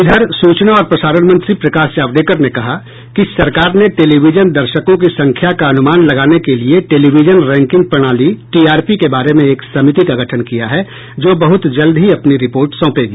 इधर सूचना और प्रसारण मंत्री प्रकाश जावड़ेकर ने कहा कि सरकार ने टेलीविजन दर्शकों की संख्या का अनुमान लगाने के लिये टेलीविजन रैकिंग प्रणाली टीआरपी के बारे में एक समिति का गठन किया है जो बहुत जल्द ही अपनी रिपोर्ट सौंपेगी